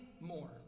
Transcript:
more